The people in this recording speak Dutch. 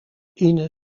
ine